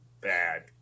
bad